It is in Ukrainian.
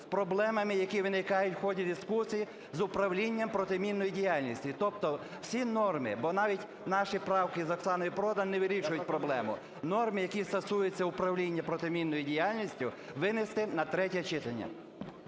з проблемами, які виникають в ході дискусій, з управлінням протимінної діяльності. Тобто всі норми, бо навіть наші правки з Оксаною Продан не вирішують проблему, норми, які стосуються управління протимінною діяльністю, винести на третє читання.